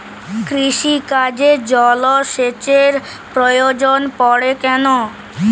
কৃষিকাজে জলসেচের প্রয়োজন পড়ে কেন?